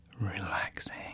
relaxing